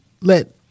let